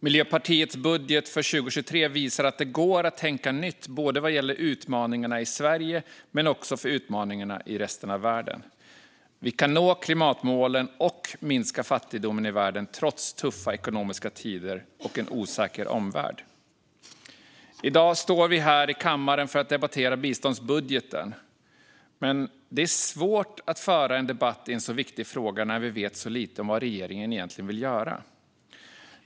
Miljöpartiets budget för 2023 visar att det går att tänka nytt vad gäller både utmaningarna i Sverige och utmaningarna i resten av världen. Vi kan nå klimatmålen och minska fattigdomen i världen trots tuffa ekonomiska tider och en osäker omvärld. I dag står vi här i kammaren för att debattera biståndsbudgeten. Men det är svårt att föra en debatt i en så viktig fråga när vi vet så lite om vad regeringen egentligen vill göra.